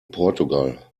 portugal